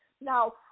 Now